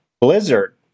Blizzard